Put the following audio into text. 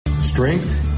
Strength